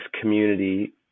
community